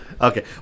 Okay